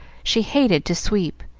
she hated to sweep,